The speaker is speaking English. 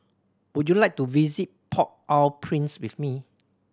would you like to visit Port Au Prince with me